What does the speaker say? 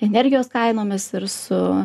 energijos kainomis ir su